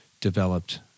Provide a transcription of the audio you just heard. developed